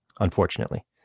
Unfortunately